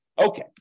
Okay